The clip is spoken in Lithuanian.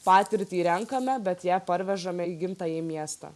patirtį renkame bet ją parvežame į gimtąjį miestą